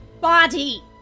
body